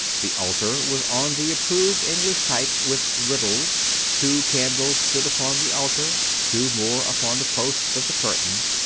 the altar was on the approved english type with riddels two candles stood upon the altar, two more upon the posts of the curtains,